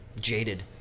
jaded